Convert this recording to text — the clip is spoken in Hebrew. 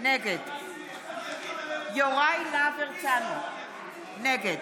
נגד חיים כץ, נגד